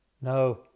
No